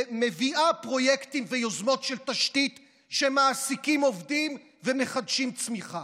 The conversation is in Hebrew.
מביאה פרויקטים ויוזמות של תשתית שמעסיקים עובדים ומחדשים צמיחה.